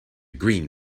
green